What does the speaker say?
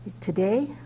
Today